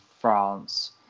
france